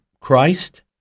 Christ